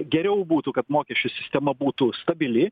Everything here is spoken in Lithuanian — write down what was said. geriau būtų kad mokesčių sistema būtų stabili